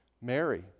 Mary